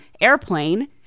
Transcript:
airplane